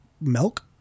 milk